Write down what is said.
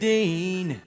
Dean